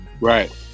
Right